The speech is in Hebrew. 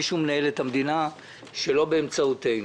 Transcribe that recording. מישהו מנהל את המדינה שלא באמצעותנו.